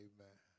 Amen